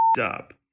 up